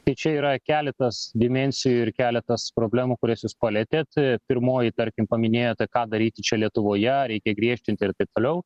tai čia yra keletas dimensijų ir keletas problemų kurias jūs palietėt pirmoji tarkim paminėjote ką daryti čia lietuvoje reikia griežtinti ir taip toliau